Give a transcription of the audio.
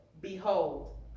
Behold